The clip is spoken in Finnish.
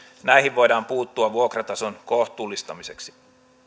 näihin voidaan puuttua vuokratason kohtuullistamiseksi